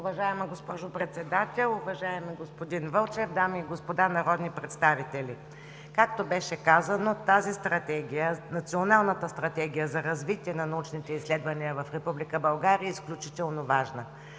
Уважаема госпожо Председател, уважаеми господин Вълчев, дами и господа народни представители! Както беше казано, Националната стратегия за развитие на научните изследвания в Република България е изключително важна.